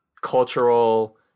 cultural